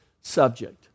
subject